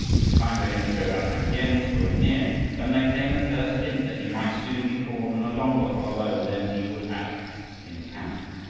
the time for him to go back home again was drawing near when there came the first hint that he might soon be called on a longer furlough than he would have in canada.